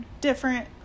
different